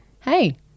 hey